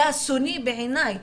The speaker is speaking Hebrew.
זה אסוני בעיניי.